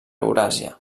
euràsia